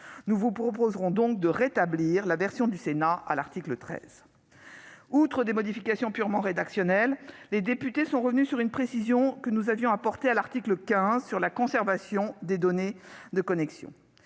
Nous vous proposerons donc de rétablir la version du Sénat à l'article 13. Outre des modifications purement rédactionnelles, les députés sont revenus sur une précision que nous avions introduite à l'article 15 sur la conservation des données de connexion.